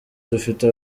dufite